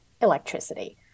electricity